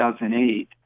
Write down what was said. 2008